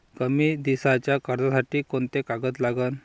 कमी दिसाच्या कर्जासाठी कोंते कागद लागन?